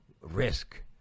risk